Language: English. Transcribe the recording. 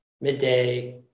midday